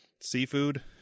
seafood